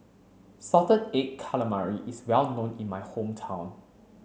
salted egg calamari is well known in my hometown